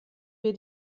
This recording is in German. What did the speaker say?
wir